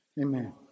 amen